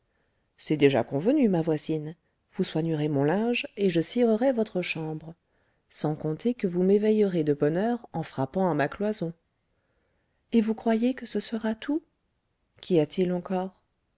c'est déjà convenu ma voisine vous soignerez mon linge et je cirerai votre chambre sans compter que vous m'éveillerez de bonne heure en frappant à ma cloison et vous croyez que ce sera tout qu'y a-t-il encore